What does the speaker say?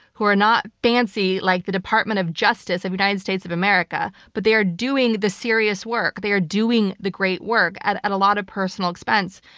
who are not fancy like the department of justice of the united states of america, but they are doing the serious work. they are doing the great work at at a lot of personal expense.